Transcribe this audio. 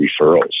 referrals